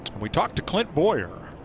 we talked to clint bowyer.